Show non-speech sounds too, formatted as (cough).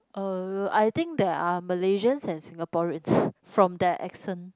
err I think they are Malaysians and Singaporeans (breath) from their accent